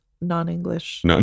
non-english